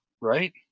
right